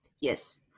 Yes